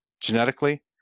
genetically